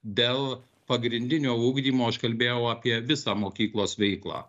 dėl pagrindinio ugdymo aš kalbėjau apie visą mokyklos veiklą